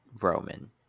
Roman